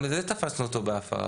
וגם בזה תפסנו אותו בהפרה.